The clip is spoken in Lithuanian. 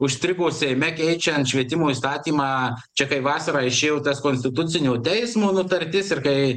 užstrigo seime keičiant švietimo įstatymą čia kai vasarą išėjo tas konstitucinio teismo nutartis ir kai